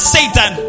Satan